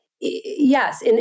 yes